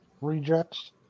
rejects